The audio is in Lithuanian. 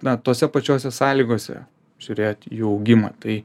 na tose pačiose sąlygose žiūrėt jų augimą tai